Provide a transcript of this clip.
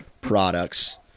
products